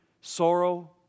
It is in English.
sorrow